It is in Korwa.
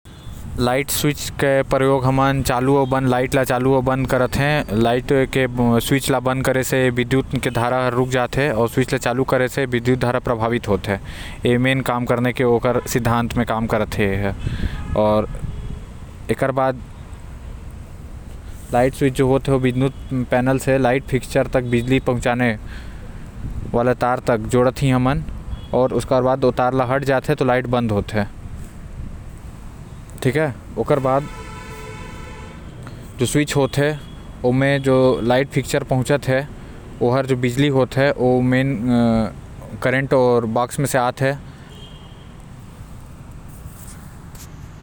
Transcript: Light switch के इस्तेमाल light ल बन्द आऊ चालू करे म काम आएल। जब स्विच ल बंद करब तो विद्युत के प्रवाह भी बंद हो जाहि आऊ जब चालू करब तो प्रवाह भी चालू हो जाहि।